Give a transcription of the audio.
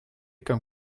comme